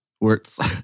Words